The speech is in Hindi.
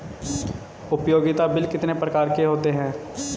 उपयोगिता बिल कितने प्रकार के होते हैं?